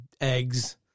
eggs